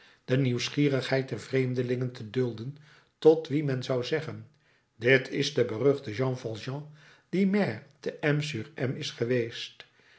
de nieuwsgierigheid der vreemdelingen te dulden tot wie men zou zeggen dit is de beruchte jean valjean die maire te m sur m is geweest